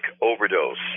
overdose